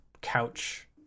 couch